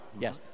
Yes